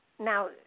Now